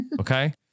Okay